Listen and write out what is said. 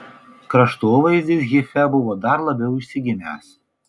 kraštovaizdis hife buvo dar labiau išsigimęs